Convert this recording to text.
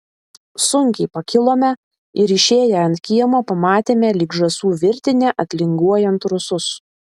sunkiai pakilome ir išėję ant kiemo pamatėme lyg žąsų virtinę atlinguojant rusus